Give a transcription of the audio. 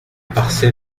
parçay